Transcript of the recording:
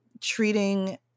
treating